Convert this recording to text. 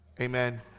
Amen